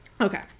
Okay